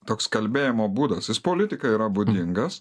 toks kalbėjimo būdas jis politikai yra būdingas